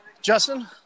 Justin